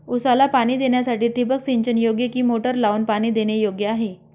ऊसाला पाणी देण्यासाठी ठिबक सिंचन योग्य कि मोटर लावून पाणी देणे योग्य आहे?